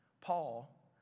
Paul